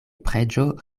preĝo